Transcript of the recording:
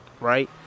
Right